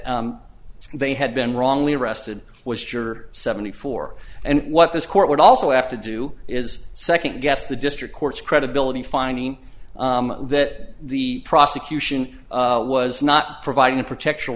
they had been wrongly arrested was juror seventy four and what this court would also have to do is second guess the district court's credibility finding that the prosecution was not providing a protection